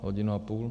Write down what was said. Hodinu a půl?